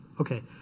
Okay